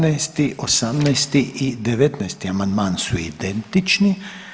17., 18. i 19. amandman su identični.